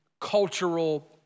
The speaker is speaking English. cultural